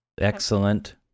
Excellent